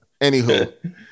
Anywho